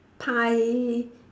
I